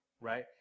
right